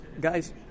guys